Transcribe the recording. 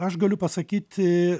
aš galiu pasakyti